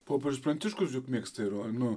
popiežius pranciškus juk mėgsta iro nu